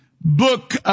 book